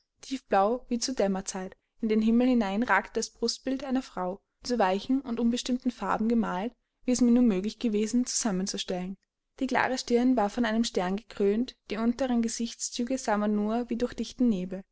tiefblau wie zur dämmerzeit in den himmel hinein ragte das brustbild einer frau in so weichen und unbestimmten farben gemalt wie es mir nur möglich gewesen zusammenzustellen die klare stirn war von einem stern gekrönt die unteren gesichtszüge sah man nur wie durch dichten nebel